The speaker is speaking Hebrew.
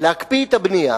להקפיא את הבנייה,